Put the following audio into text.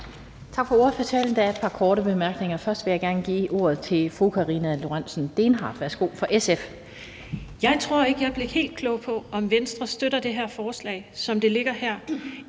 Tak for ordførertalen. Der er et par korte bemærkninger. Først vil jeg gerne give ordet til fru Karina Lorentzen Dehnhardt fra SF. Værsgo. Kl. 16:18 Karina Lorentzen Dehnhardt (SF): Jeg tror ikke, jeg blev helt klog på, om Venstre støtter det her forslag, som det ligger her.